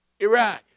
Iraq